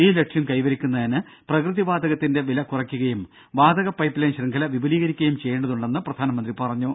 ഈ ലക്ഷ്യം കൈവരിക്കുന്നതിന് പ്രകൃതി വാതകത്തിന്റെ വില കുറയ്ക്കുകയും വാതക പൈപ്പ്ലൈൻ ശൃംഖല വിപുലീകരിക്കുകയും ചെയ്യേണ്ടതുണ്ടെന്ന് പ്രധാനമന്ത്രി പറഞ്ഞു